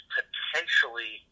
potentially